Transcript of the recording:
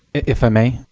if i may,